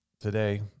today